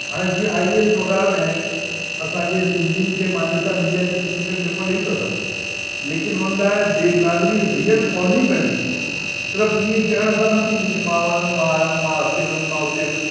हाणे जीअं I A S वग़ैरह में असांजे सिंधियुनि खे मान्यता मिली आहे की सिंधी में पेपर ॾेई था सघूं लेकिन उन लाइ देवनागरी रीअल पढ़णी पवंदी सिरफ़ ईंअ चवण सां न थींदी की मां वयुमि मां आयुमि मां हिते वियुमि मां हुते वियुमि